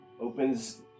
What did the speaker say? opens